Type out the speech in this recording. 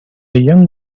young